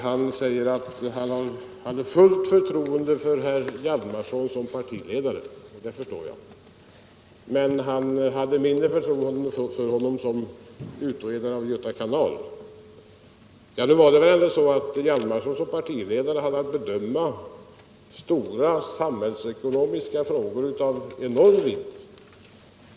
Han säger att han hade fullt förtroende för herr Hjalmarson som partiledare, och det förstår jag. Men herr Strindberg hade mindre förtroende för herr Hjalmarson som utredare av frågan om Göta kanal. Det var väl ändå så att herr Hjalmarson som partiledare och ordförande för dåvarande högerpartiet hade att bedöma stora samhällsekonomiska frågor av enorm vikt.